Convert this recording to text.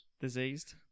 Diseased